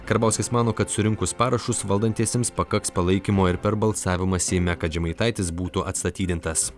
karbauskis mano kad surinkus parašus valdantiesiems pakaks palaikymo ir per balsavimą seime kad žemaitaitis būtų atstatydintas